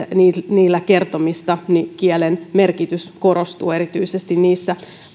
niistä kertomista ja kielen merkitys korostuu erityisesti niissä